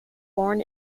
born